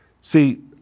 see